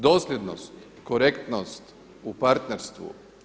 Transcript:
Dosljednost, korektnost u partnerstvu.